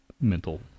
mental